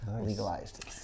legalized